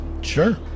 Sure